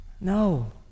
no